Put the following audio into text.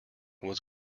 was